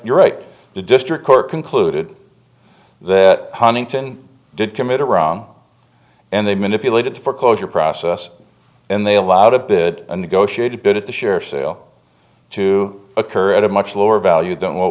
you're right the district court concluded that huntington did commit a wrong and they manipulated foreclosure process and they allowed a bid a negotiated bid at the sheriff's sale to occur at a much lower value than what